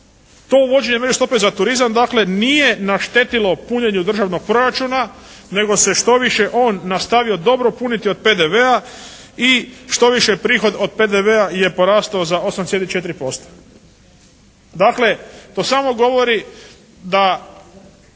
to uvođenje međustope za turizam dakle nije naštetilo punjenju državnog proračuna, nego se štoviše on nastavio dobro puniti od PDV-a i štoviše prihod od PDV-a je porastao za 8,4%. Dakle, to samo govori da